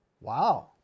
Wow